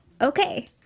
okay